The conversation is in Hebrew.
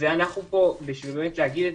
אנחנו פה כדי להגיד אותם,